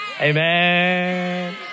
Amen